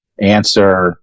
answer